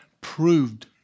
proved